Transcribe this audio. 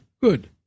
good